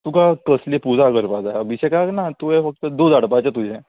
तुका कसली पुजा करपा जाय अभिशेकाक ना तुवें फक्त दूद हाडपाचें तुजें